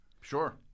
Sure